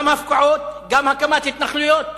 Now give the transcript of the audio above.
גם הפקעות, גם הקמת התנחלויות,